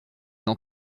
dans